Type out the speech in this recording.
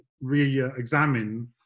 re-examine